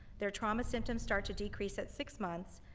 their trauma symptoms start to decrease at six months,